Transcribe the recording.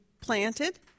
planted